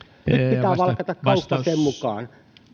pitää valkata kauppa sen mukaan